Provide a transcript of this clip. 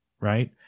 right